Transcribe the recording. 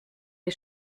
les